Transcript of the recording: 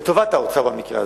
לטובת האוצר במקרה הזה,